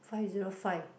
five zero five